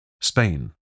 Spain